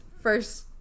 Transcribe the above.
first